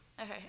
Okay